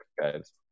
guys